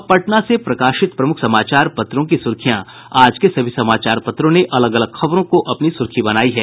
अब पटना से प्रकाशित प्रमुख समाचार पत्रों की सुर्खियां आज के सभी समाचार पत्रों ने अलग अलग खबरों को अपनी सुर्खी बनायी है